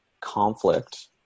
conflict